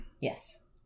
Yes